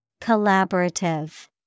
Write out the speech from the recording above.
Collaborative